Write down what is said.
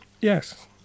yes